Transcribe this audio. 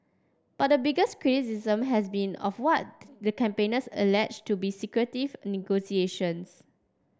but the biggest criticism has been of what the campaigners allege to be secretive negotiations